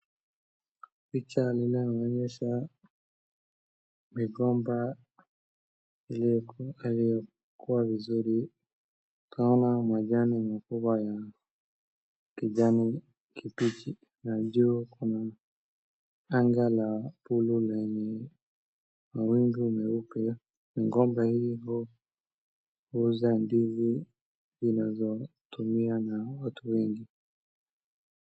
Picha linayoonyesha migomba aliyekua vizuran kama majani makubwa ya kijani kibichi, na juu kuna anga la blue lenye mawingu meupe, mogomba hii hukuza ndizi zinazotumia na watu wengi.